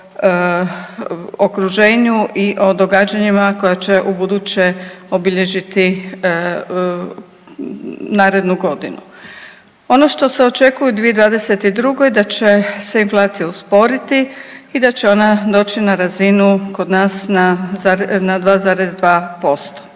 o okruženju i o događanjima koja će ubuduće obilježiti narednu godinu. Ono što se očekuje u 2022. da će se inflacija usporiti i da će ona doći na razinu kod nas na 2,2%.